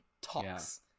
talks